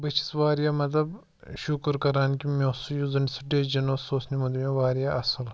بہٕ چھَس وارِیاہ مطلب شُکُر کَران کہِ مےٚ اوس سُہ یُس زَن سُہ ڈیسجَن اوس سُہ اوس نِمُت مےٚ وارِیاہ اَصٕل